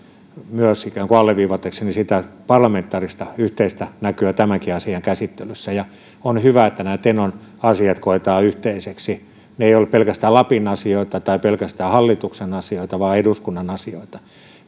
oikeastaan ikään kuin alleviivatakseni sitä parlamentaarista yhteistä näkyä tämänkin asian käsittelyssä ja on hyvä että nämä tenon asiat koetaan yhteisiksi ne eivät ole pelkästään lapin asioita tai pelkästään hallituksen asioita vaan eduskunnan asioita